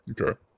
Okay